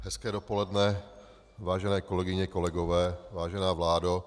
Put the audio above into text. Hezké dopoledne, vážené kolegyně, kolegové, vážená vládo.